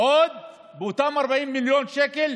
ובאותם 40 מיליון שקל,